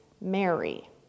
Mary